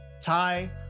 Ty